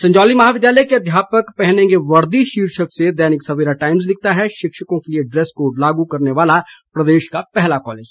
संजौली महाविद्यालय के अध्यापक पहनेंगे वर्दी शीर्षक से दैनिक सवेरा टाइम्स लिखता है शिक्षकों के लिए ड्रैस कोड लागू करने वाला प्रदेश का पहला कॉलेज